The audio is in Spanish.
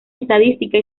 estadística